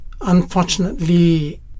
unfortunately